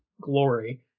glory